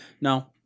No